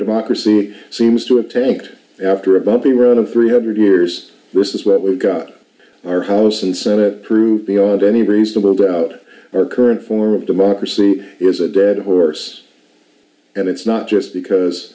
democracy seems to have tanked after a bumpy run of three hundred years versus what we've got our house and senate proved beyond any reasonable doubt our current form of democracy is a dead horse and it's not just because